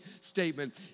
statement